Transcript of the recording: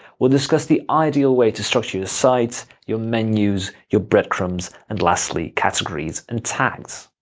we'll discuss the ideal way to structure your site, your menus, your breadcrumbs and lastly, categories and tags.